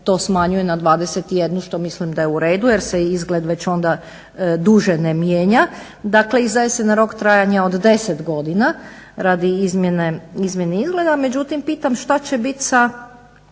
to smanjuje na 21 što mislim da je uredu jer se izgled već onda duže ne mijenja. Dakle izdaje se na rok trajanja od 10 godina radi izmjene izgleda. Međutim pitam šta će biti sa